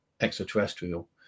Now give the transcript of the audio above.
extraterrestrial